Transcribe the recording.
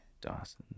Dawson